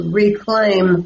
reclaim